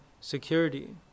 security